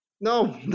No